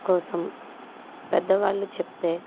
కోసం పెద్దవాళ్ళు చెప్తే